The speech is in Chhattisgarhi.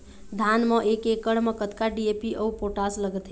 धान म एक एकड़ म कतका डी.ए.पी अऊ पोटास लगथे?